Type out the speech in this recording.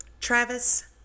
Travis